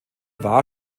war